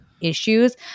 issues